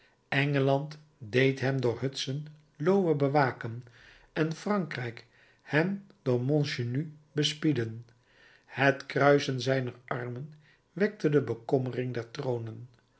engeland deed hem door hudson lowe bewaken en frankrijk hem door montchenu bespieden het kruisen zijner armen wekte de bekommering der tronen